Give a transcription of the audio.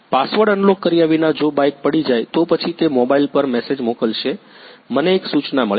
password unlock કર્યા વિના જો બાઇક પડી જાય તો પછી તે મોબાઇલ પર મેસેજ મોકલશે મને એક સૂચના મળી